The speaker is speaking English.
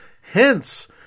hence